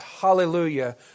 hallelujah